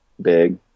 big